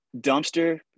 dumpster